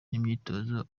n’imyitozo